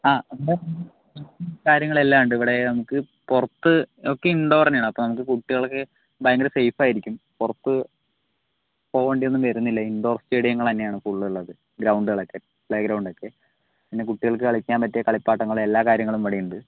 ആ കാര്യങ്ങളെല്ലാമുണ്ടിവിടെ നമ്മുക്ക് പുറത്തൊക്കെ ഇൻഡോർന്നെയാണ് അപ്പോൾ നമുക്ക് കുട്ടികൾക്ക് ഭയങ്കര സേഫായിരിക്കും പുറത്ത് പോകേണ്ടിയൊന്നും വരുന്നില്ല ഇൻഡോർ സ്റ്റേഡിയങ്ങൾതന്നെയാണ് ഫുൾ ഉള്ളത് ഗ്രൗണ്ടുകളൊക്കെ പ്ലൈഗ്രൗണ്ടൊക്കെ പിന്നെ കുട്ടികൾക്ക് കളിക്കാൻ പറ്റിയ കളിപ്പാട്ടങ്ങളെല്ലാകാര്യങ്ങളും ഇവിടെയുണ്ട്